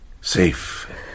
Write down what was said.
safe